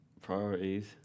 Priorities